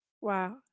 Wow